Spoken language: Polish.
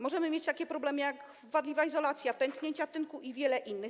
Możemy mieć takie problemy, jak wadliwa izolacja, pęknięcia tynku i wiele innych.